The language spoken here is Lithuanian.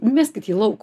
meskit jį lauk